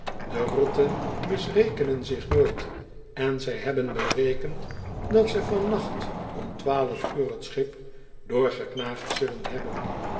de rotten misrekenen zich nooit en zg hebben berekend dat ze van nacht om twaalf uur t schip doorknaagd zullen hebben